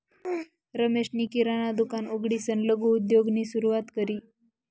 रमेशनी किराणा दुकान उघडीसन लघु उद्योगनी सुरुवात करी